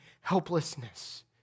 helplessness